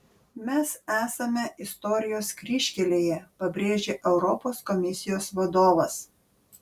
mes esame istorijos kryžkelėje pabrėžė europos komisijos vadovas